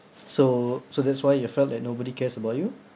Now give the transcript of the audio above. so so that's why you felt that nobody cares about you